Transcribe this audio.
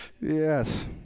Yes